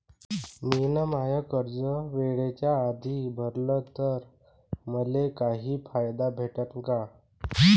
मिन माय कर्ज वेळेच्या आधी भरल तर मले काही फायदा भेटन का?